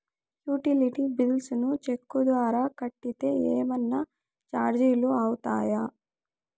Utility bills ను cheque ద్వారా కట్టితే ఏమన్నా చార్జీలు అవుతాయా?